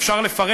אפשר לפרט.